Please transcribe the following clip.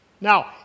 Now